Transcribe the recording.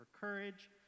courage